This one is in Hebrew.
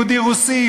יהודי רוסי,